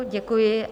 Děkuji.